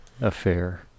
affair